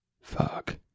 Fuck